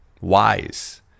wise